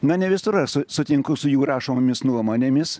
na ne visur aš su sutinku su jų rašomomis nuomonėmis